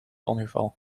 ongeval